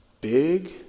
big